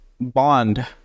bond